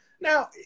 Now